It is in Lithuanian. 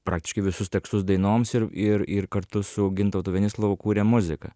praktiškai visus tekstus dainoms ir ir ir kartu su gintautu venislovu kūrėm muziką